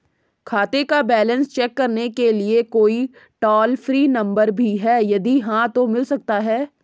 खाते का balance check करने के लिए कोई टॉल फ्री नम्बर भी है यदि हाँ तो मिल सकता है?